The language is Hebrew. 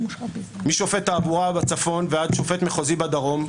משופט תעבורה בצפון ועד שופט מחוזי בדרום,